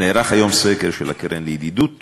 נערך היום סקר של הקרן לידידות